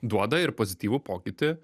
duoda ir pozityvų pokytį